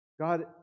God